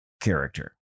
character